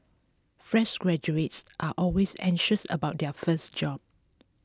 fresh graduates are always anxious about their first job